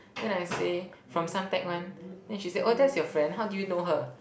then I say from Suntec one then she say oh that's your friend how do you know her